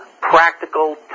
practical